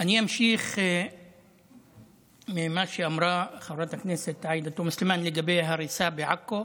אני אמשיך ממה שאמרה חברת הכנסת עאידה תומא סלימאן לגבי ההריסה בעכו,